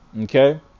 okay